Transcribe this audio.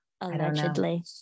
allegedly